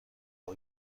ایا